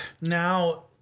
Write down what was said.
now